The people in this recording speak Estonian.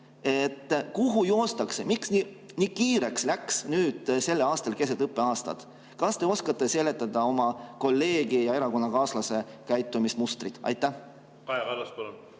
Kuhu joostakse? Miks nii kiireks läks nüüd selle aastal, keset õppeaastat? Kas te oskate seletada oma kolleegi ja erakonnakaaslase käitumismustrit? Kaja